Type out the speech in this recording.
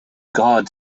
god